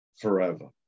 forever